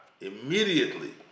immediately